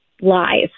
lies